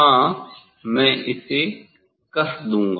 हाँ मैं इसे कस दूंगा